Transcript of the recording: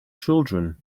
children